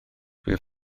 bydd